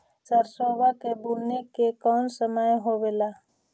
सरसोबा के बुने के कौन समय होबे ला?